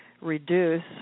reduce